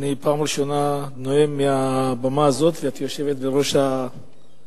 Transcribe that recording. אני פעם ראשונה נואם מעל הבמה הזאת ואת יושבת בראש הישיבה.